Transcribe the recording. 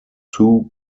two